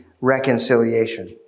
reconciliation